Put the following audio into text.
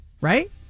right